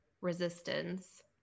resistance